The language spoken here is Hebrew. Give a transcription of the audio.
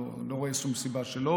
אני לא רואה שום סיבה שלא,